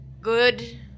good